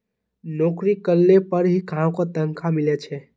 नोकरी करले पर ही काहको तनखा मिले छे